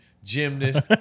gymnast